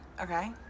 okay